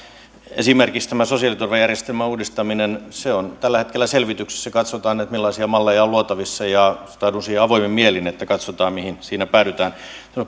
esimerkiksi tämä sosiaaliturvajärjestelmän uudistaminen on tällä hetkellä selvityksessä katsotaan millaisia malleja on luotavissa ja suhtaudun siihen avoimin mielin katsotaan mihin siinä päädytään